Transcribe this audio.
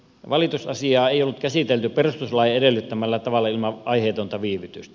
valitusasiaa ei ollut käsitelty perustuslain edellyttämällä tavalla ilman aiheetonta viivytystä